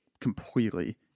completely